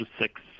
six